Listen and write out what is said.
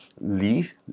Leave